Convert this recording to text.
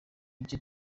igice